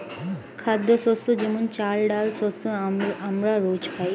খাদ্যশস্য যেমন চাল, ডাল শস্য আমরা রোজ খাই